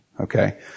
Okay